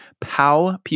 Pow